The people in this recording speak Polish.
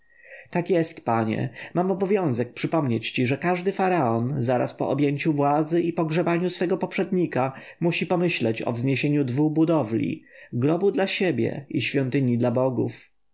tak jest panie mam obowiązek przypomnieć ci że każdy faraon zaraz po objęciu władzy i pogrzebaniu swego poprzednika musi pomyśleć o wzniesieniu dwu budowli grobu dla siebie i świątyni dla bogów